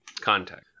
contact